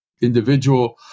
individual